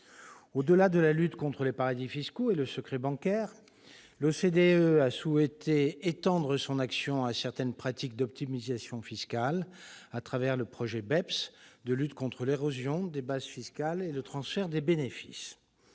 Au-delà de la lutte contre les paradis fiscaux et le secret bancaire, l'OCDE a souhaité étendre son action à certaines pratiques d'optimisation fiscale à travers le projet BEPS de lutte contre l'érosion des bases fiscales et le transfert des bénéfices.